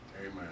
Amen